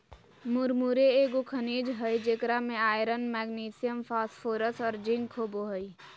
मुरमुरे एगो खनिज हइ जेकरा में आयरन, मैग्नीशियम, फास्फोरस और जिंक होबो हइ